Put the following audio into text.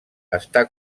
està